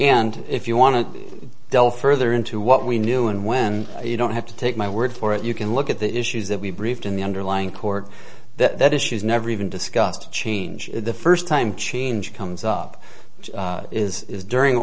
and if you want to delve further into what we knew and when you don't have to take my word for it you can look at the issues that we briefed in the underlying court that issues never even discussed change the first time change comes up which is during